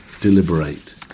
deliberate